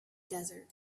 desert